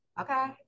Okay